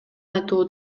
айтуу